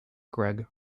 gregg